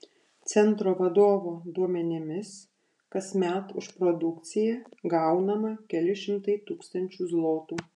centro vadovo duomenimis kasmet už produkciją gaunama keli šimtai tūkstančių zlotų